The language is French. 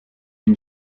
une